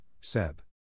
Seb